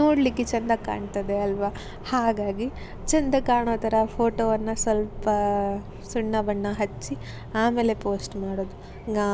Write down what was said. ನೋಡಲಿಕ್ಕೆ ಚೆಂದ ಕಾಣ್ತದೆ ಅಲ್ಲವಾ ಹಾಗಾಗಿ ಚೆಂದ ಕಾಣೋಥರ ಫೋಟೊವನ್ನು ಸ್ವಲ್ಪ ಸುಣ್ಣಬಣ್ಣ ಹಚ್ಚಿ ಆಮೇಲೆ ಪೋಸ್ಟ್ ಮಾಡೋದು ಗ